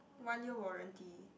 one year warranty